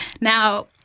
Now